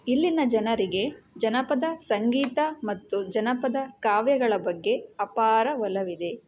ಇಲ್ಲಿನ ಜನರಿಗೆ ಜನಪದ ಸಂಗೀತ ಮತ್ತು ಜನಪದ ಕಾವ್ಯಗಳ ಬಗ್ಗೆ ಅಪಾರ ಒಲವಿದೆ